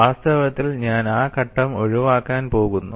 വാസ്തവത്തിൽ ഞാൻ ആ ഘട്ടം ഒഴിവാക്കാൻ പോകുന്നു